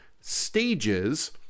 stages